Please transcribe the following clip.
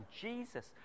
Jesus